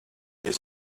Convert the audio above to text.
his